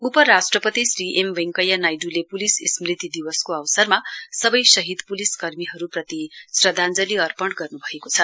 उपराष्ट्रपति Shri M Venkaiah Naidu police स्मृति दिवसको अवसरमा सबै शहीद पूलिस कर्मीहरूप्रति श्रद्धाञ्जली अर्पण गर्न्भएको छ